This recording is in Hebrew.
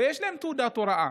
ויש להם תעודת הוראה.